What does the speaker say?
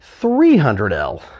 300L